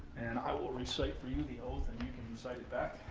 and i will recite for you the oath, and you can recite it back.